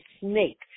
snake